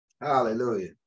Hallelujah